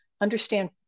understand